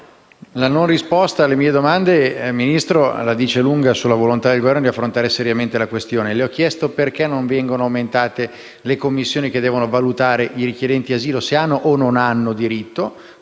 La non risposta alle mie domande, signor Ministro, la dice lunga sulla volontà del Governo di affrontare seriamente la questione. Le ho chiesto perché non vengono aumentate le commissioni che devono valutare se i richiedenti asilo abbiamo o meno diritto,